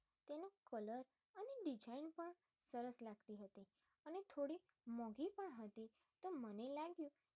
તેનો કલર અને ડિજાઈન પણ સરસ લાગતી હતી અને થોડી મોંઘી પણ હતી તો મને લાગ્યું